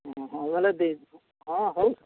ହଁ ବେଲେ ହଁ ହଉ